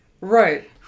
right